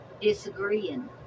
disagreeing